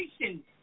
education